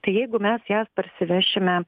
tai jeigu mes jas parsivešime